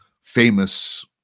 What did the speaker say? famous